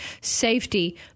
safety